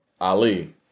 Ali